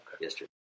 Yesterday